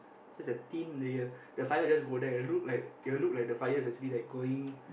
just a thin layer the fire will just go there look like it will look like the fire is actually like going